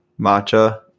matcha